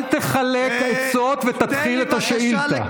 אל תחלק עצות ותתחיל את השאילתה.